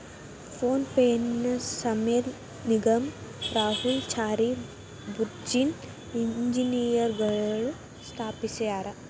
phone ಪೆನ ಸಮೇರ್ ನಿಗಮ್ ರಾಹುಲ್ ಚಾರಿ ಬುರ್ಜಿನ್ ಇಂಜಿನಿಯರ್ಗಳು ಸ್ಥಾಪಿಸ್ಯರಾ